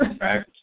Right